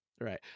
Right